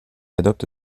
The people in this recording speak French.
adopte